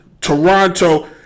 Toronto